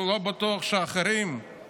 ולא בטוח שאחרים,